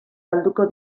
galduko